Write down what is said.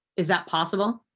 is that possible?